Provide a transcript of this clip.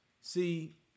See